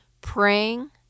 praying